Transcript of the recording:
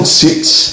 seats